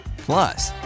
Plus